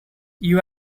you